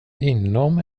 inom